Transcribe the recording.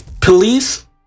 police